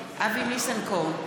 אבי ניסנקורן,